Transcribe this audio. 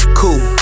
cool